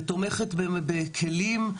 ותומכת בכלים,